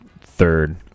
third